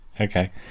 okay